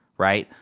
right?